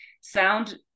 sound